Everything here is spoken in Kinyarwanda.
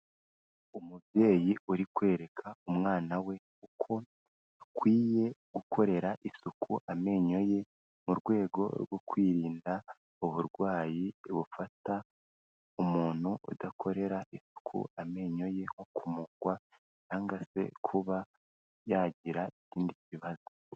Umubyeyi uri kwereka umwana we uko akwiye gukorera isuku amenyo ye, mu rwego rwo kwirinda uburwayi bufata umuntu udakorera isuku amenyo ye, nko kumungwa cyangwa se kuba yagira ikindi kibazo.